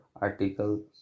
Article